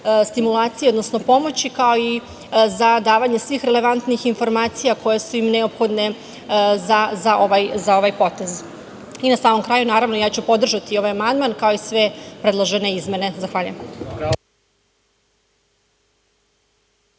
stimulacije, odnosno pomoći, kao i za davanje svih relevantnih informacija koje su im neophodne za ovaj potez. Na samom kraju, ja ću podržati ovaj amandman kao i sve predložene izmene. Zahvaljujem.